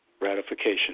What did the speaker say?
ratification